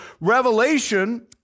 Revelation